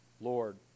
Lord